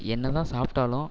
என்னதான் சாப்பிட்டாலும்